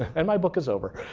and my book is over.